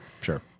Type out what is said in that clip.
Sure